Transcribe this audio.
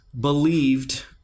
believed